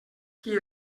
qui